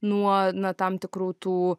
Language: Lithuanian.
nuo na tam tikrų tų